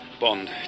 Bond